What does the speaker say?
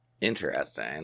Interesting